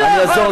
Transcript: אני לא יכול.